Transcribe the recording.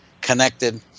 connected